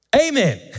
Amen